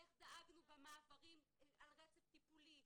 איך דאגנו במעברים לרצף טיפולי?